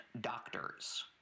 doctors